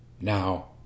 now